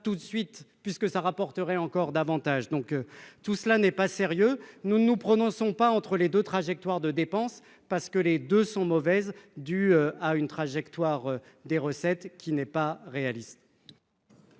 tout de suite puisque ça rapporterait encore davantage, donc tout cela n'est pas sérieux, nous ne nous prononçons pas entre les 2 trajectoire de dépenses, parce que les deux sont mauvaises, due à une trajectoire des recettes qui n'est pas réaliste.